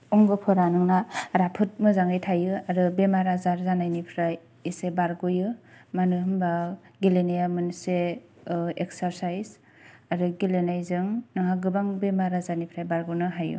अंगफोरा नोंना राफोद मोजाङै थायो आरो बेमार आजार जानायनिफ्राय एसे बारग'यो मानो होनबा गेलेनाया मोनसे एक्सारसाइज आरो गेलेनायजों नोंहा गोबां बेमार आजारनिफ्राय बारग'नो हायो